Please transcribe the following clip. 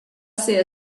ser